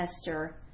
Esther